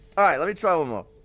alright, let me try um ah